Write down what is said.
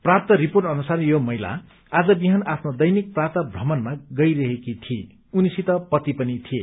प्रात्त report अनुसार यो महिला आज विहान आफ्नो दैनिक प्रातः भ्रमणमा गइरहेकी थिई उनीसित पति पनि थिए